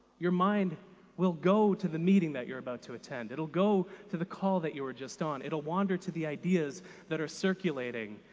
your mind will go to the meeting that you're about to attend, it'll go to the call that you were just on, it'll wander to the ideas that are circulating,